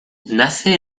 nace